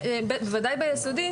ודאי בית הספר היסודי,